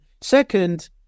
Second